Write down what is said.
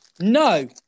No